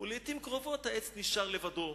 ולעתים קרובות העץ נשאר לבדו."